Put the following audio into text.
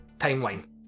timeline